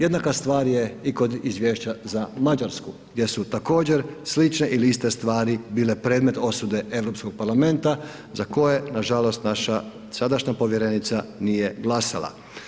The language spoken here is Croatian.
Jednaka stvar je i kod izvješća za Mađarsku gdje su također slične ili iste stvari bile predmet osude Europskog parlamenta za koje nažalost naša sadašnja povjerenica nije glasala.